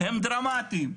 הם דרמטיים.